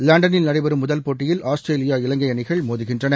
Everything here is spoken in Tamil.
லன்டனில் நடைபெறும் முதல் போட்டியில் ஆஸ்திரேலியா இலங்கை அணிகள் மோதுகின்றன